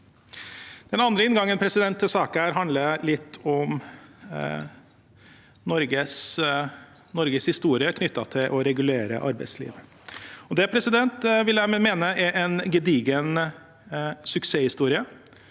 Den andre inngangen til denne saken handler litt om Norges historie knyttet til å regulere arbeidslivet. Og det vil jeg mene er en gedigen suksesshistorie.